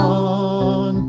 on